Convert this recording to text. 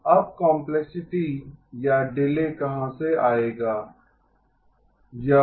अब कॉम्पलेक्सिटी या डिले कहां से आएगा